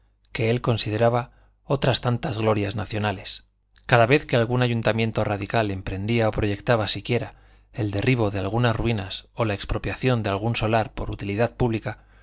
que él consideraba otras tantas glorias nacionales cada vez que algún ayuntamiento radical emprendía o proyectaba siquiera el derribo de algunas ruinas o la expropiación de algún solar por utilidad pública